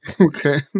Okay